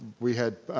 we had,